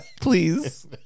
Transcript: Please